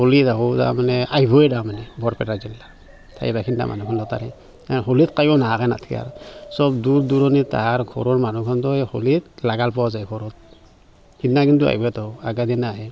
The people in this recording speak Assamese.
আহিবই তাৰমানে বৰপেটা জিলাত স্থায়ী বাসিন্দা হ'লীত কায়ো নহাকৈ নাথাকে আৰ সব দূৰ দূৰণি সিদিনা কিন্তু আইভাই আগা দিনা আহে